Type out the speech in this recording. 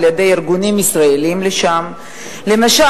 לשם הוגש על-ידי ארגונים ישראליים, למשל.